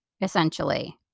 essentially